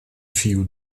fio